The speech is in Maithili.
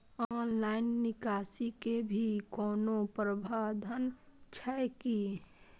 ऑनलाइन निकासी के भी कोनो प्रावधान छै की?